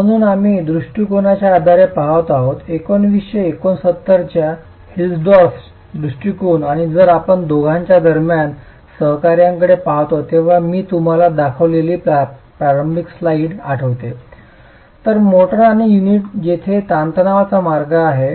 म्हणून आम्ही या दृष्टिकोनाच्या आधारे पहात आहोत 1969 चा हिल्स्डॉर्फचा Hilsdorf's दृष्टिकोन आणि जर आपण दोघांच्या दरम्यान सहकार्याकडे पहातो तेव्हा मी तुम्हाला दाखवलेली प्रारंभिक स्लाइड आठवते तर मोर्टार आणि युनिट जेथे ताणतणावाचा मार्ग आहे